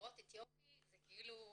לראות אתיופי זה כאילו "וואו,